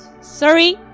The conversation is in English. Sorry